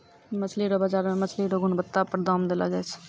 मछली रो बाजार मे मछली रो गुणबत्ता पर दाम देलो जाय छै